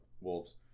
Wolves